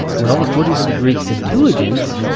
well, according to the greek septuagint.